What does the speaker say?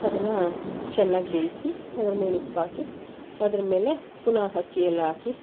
ಅದನ್ನು ಚೆನ್ನಾಗಿ ಬೇಯಿಸಿ ಅದ್ರ್ಮೇಲೆ ಉಪ್ಪಾಕಿ ಅದರ್ಮೇಲೆ ಪುನಃ ಅಕ್ಕಿ ಎಲ್ಲ ಹಾಕಿ